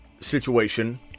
situation